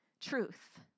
Truth